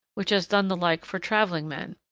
which has done the like for travelling men.